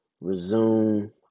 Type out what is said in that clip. resume